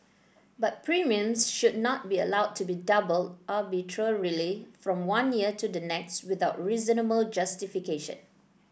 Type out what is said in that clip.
but premiums should not be allowed to be doubled arbitrarily from one year to the next without reasonable justification